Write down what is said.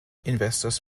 investors